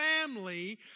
family